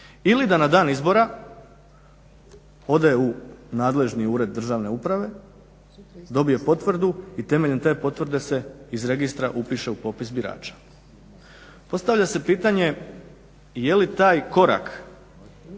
ili da na dan izbora ode u nadležni ured državne uprave, dobije potvrdu i temeljem te potvrde se iz registra upiše u popis birača. Postavlja se pitanje je li taj korak